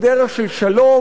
בדרך של שלום,